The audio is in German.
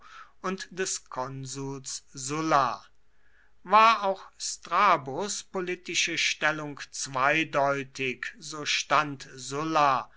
und des konsuls sulla war auch strabos politische stellung zweideutig so stand sulla